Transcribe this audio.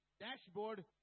dashboard